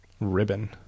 Ribbon